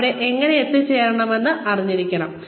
കൂടാതെ അവിടെ എങ്ങനെ എത്തിച്ചേരാമെന്ന് നിങ്ങൾ അറിഞ്ഞിരിക്കണം